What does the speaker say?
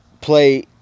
play